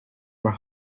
were